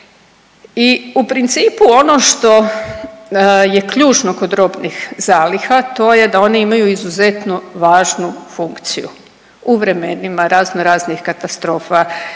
I u principu ono što je ključno kod robnih zaliha to je da one imaju izuzetno važnu funkciju u vremenima razno raznih katastrofa,